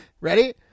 Ready